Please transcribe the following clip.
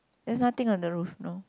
there's nothing on the roof no